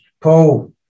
Paul